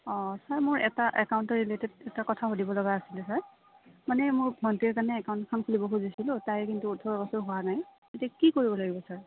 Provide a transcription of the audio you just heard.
অঁ ছাৰ মোৰ এটা একাউণ্টে ৰিলেটেড এটা কথা সুধিব লগা আছিলে ছাৰ মানে মোৰ ভণ্টি এজনীৰ কাৰণে একাউণ্ট এখন খুলিব খুজিছিলোঁ তাই কিন্তু ওঠৰ বছৰ হোৱা নাই এতিয়া কি কৰিব লাগিব ছাৰ